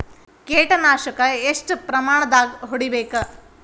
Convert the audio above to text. ಕೇಟ ನಾಶಕ ಎಷ್ಟ ಪ್ರಮಾಣದಾಗ್ ಹೊಡಿಬೇಕ?